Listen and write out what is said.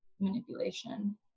manipulation